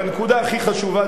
הנקודה הכי חשובה,